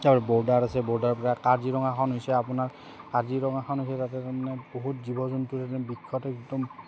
আৰু বৰ্ডাৰ আছে বৰ্ডাৰৰ পৰা কাজিৰঙাখন হৈছে আপোনাৰ কাজিৰঙাখন হৈছে তাতে মানে বহুত জীৱ জন্তু মানে বিখ্যত একদম